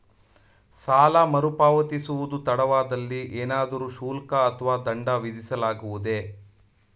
ಸಾಲ ಮರುಪಾವತಿಸುವುದು ತಡವಾದಲ್ಲಿ ಏನಾದರೂ ಶುಲ್ಕ ಅಥವಾ ದಂಡ ವಿಧಿಸಲಾಗುವುದೇ?